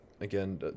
again